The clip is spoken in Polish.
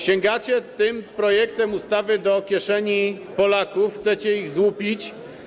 Sięgacie tym projektem ustawy do kieszeni Polaków, chcecie ich złupić.